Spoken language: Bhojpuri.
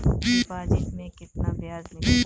डिपॉजिट मे केतना बयाज मिलेला?